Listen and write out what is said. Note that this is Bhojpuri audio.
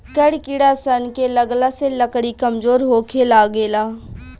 कड़ किड़ा सन के लगला से लकड़ी कमजोर होखे लागेला